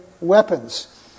weapons